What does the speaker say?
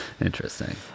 Interesting